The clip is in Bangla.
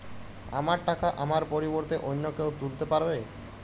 আমার টাকা আমার পরিবর্তে অন্য কেউ তুলতে পারবে?